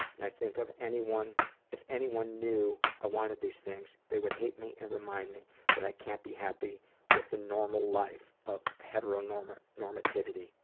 and i think of anyone if anyone knew i wanted these things, they would hate me and remind me that i can't be happy with the normal life of heteronormativity.